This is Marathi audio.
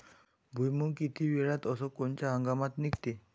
भुईमुंग किती वेळात अस कोनच्या हंगामात निगते?